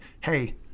hey